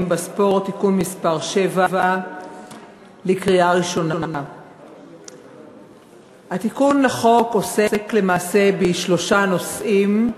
בספורט (תיקון מס' 7). התיקון לחוק עוסק למעשה בשלושה נושאים,